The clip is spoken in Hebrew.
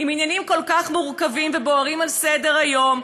עם עניינים כל כך מורכבים ובוערים על סדר-היום,